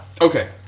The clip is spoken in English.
okay